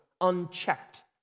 unchecked